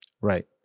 right